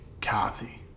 Kathy